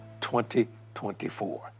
2024